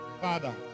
Father